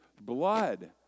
blood